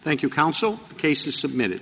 thank you council cases submitted